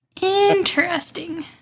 Interesting